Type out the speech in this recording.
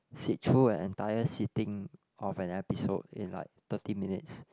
see through the entire sitting of an episode in like thirty minutes